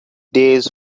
days